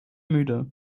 müde